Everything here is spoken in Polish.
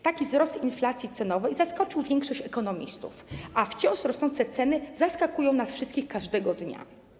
Taki wzrost inflacji cenowej zaskoczył większość ekonomistów, a wciąż rosnące ceny zaskakują nas wszystkich każdego dnia.